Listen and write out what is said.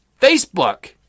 Facebook